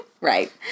Right